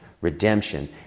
redemption